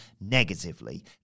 negatively